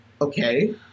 Okay